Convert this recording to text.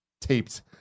taped